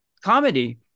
comedy